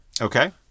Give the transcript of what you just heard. Okay